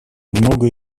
многое